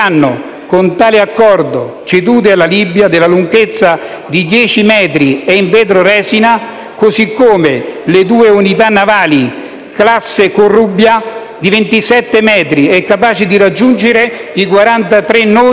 con tale accordo cedute alla Libia, della lunghezza di dieci metri ed in vetroresina, così come le due unità navali classe Corrubia di 27 metri e capaci di raggiungere i 43 nodi